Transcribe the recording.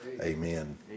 Amen